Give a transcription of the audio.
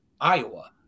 Iowa